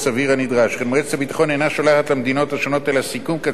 שכן מועצת הביטחון אינה שולחת למדינות השונות אלא סיכום קצר ולא